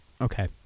Okay